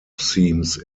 seams